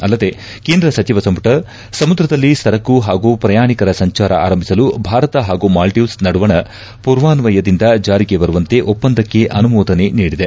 ಅಲ್ಲದೇ ಕೇಂದ್ರ ಸಚಿವ ಸಂಪುಟ ಸಮುದ್ರದಲ್ಲಿ ಸರಕು ಹಾಗೂ ಪ್ರಯಾಣಿಕರ ಸಂಚಾರ ಆರಂಭಿಸಲು ಭಾರತ ಪಾಗೂ ಮಾಲ್ದೀವ್ಗೆ ನಡುವಣ ಪೂರ್ವಾಸ್ವಯದಿಂದ ಜಾರಿಗೆ ಬರುವಂತೆ ಒಪ್ಪಂದಕ್ಕೆ ಅನುಮೋದನೆ ನೀಡಿದೆ